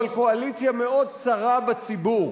אבל קואליציה מאוד צרה בציבור.